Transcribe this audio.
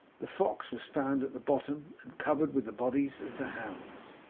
the fox was found at the bottom, and covered with the bodies of the hounds.